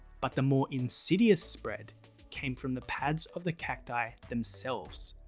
but the more insidious spread came from the pads of the cacti themselves.